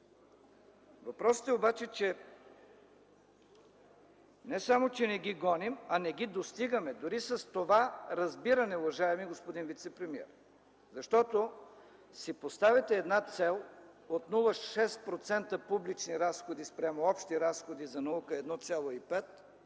Въпросът е обаче, че не само не ги гоним, а не ги достигаме дори с това разбиране, уважаеми господин вицепремиер. Поставяте си цел от 0,6% публични разходи спрямо общи разходи за наука 1,5%,